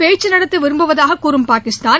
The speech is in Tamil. பேச்சு நடத்த விரும்புவதாக கூறும் பாகிஸ்தான்